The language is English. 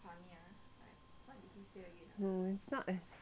hmm he's not as funny as you